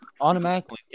Automatically